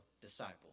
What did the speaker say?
disciple